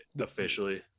officially